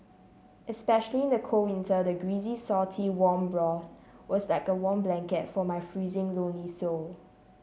especially in the cold winter the greasy salty warm broth was like a warm blanket for my freezing lonely soul